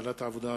ועדת העבודה,